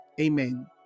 Amen